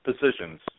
positions